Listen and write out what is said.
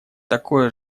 такое